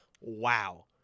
Wow